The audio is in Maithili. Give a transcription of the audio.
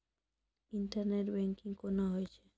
इंटरनेट बैंकिंग कोना होय छै?